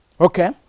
okay